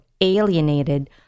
alienated